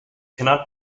cannot